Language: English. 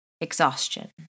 exhaustion